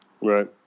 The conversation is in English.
Right